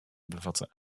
bevatte